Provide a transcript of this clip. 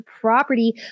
property